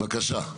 בבקשה.